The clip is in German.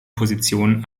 position